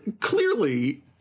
Clearly